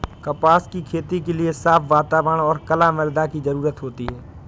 कपास की खेती के लिए साफ़ वातावरण और कला मृदा की जरुरत होती है